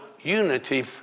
unity